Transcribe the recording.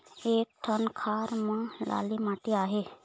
एक ठन खार म लाली माटी आहे?